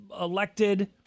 elected